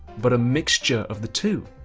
but a mixture of the two.